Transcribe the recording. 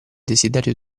desiderio